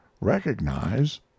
recognize